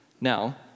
Now